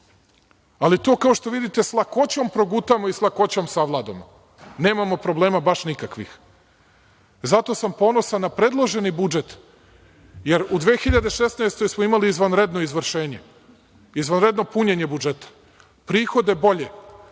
ulazim. To, kao što vidite, sa lakoćom progutamo i sa lakoćom savladamo. Nemamo problema baš nikakvih. Zato sam ponosan na predloženi budžet, jer u 2016. godini smo imali izvanredno izvršenje, izvanredno punjenje budžeta, prihode bolje.